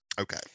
Okay